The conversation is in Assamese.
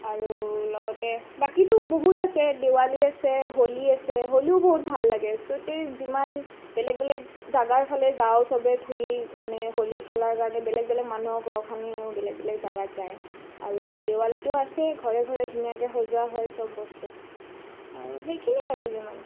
আৰু লগতে বাকীতো বহুত আছে দেৱালী আছে হলি আছে হলিও বহুত ভাল লাগে গোটেই যিমান বেলেগ বেলেগ জেগাৰ ফালে যাওঁ চবেই ঘূৰি মানে হলি খেলাৰ কাৰণে বেলেগ বেলেগ মানুহক ৰং সানো বেলেগ বেলেগ জাগাত যাই আৰু দেৱালীতো আছে ঘৰে ঘৰে ধুনীয়াকৈ সজোৱা হয় চব বস্তু আৰু সেইখিনিয়েই আৰু যিমান